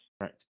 Right